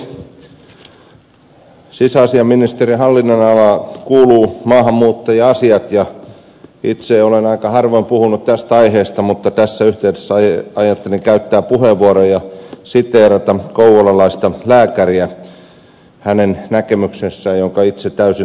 sisäasiainministeriön hallinnonalaan kuuluu maahanmuuttaja asiat ja itse olen aika harvoin puhunut tästä aiheesta mutta tässä yhteydessä ajattelin käyttää puheenvuoron ja siteerata kouvolalaista lääkäriä hänen näkemyksessään jonka itse täysin allekirjoitan